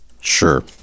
Sure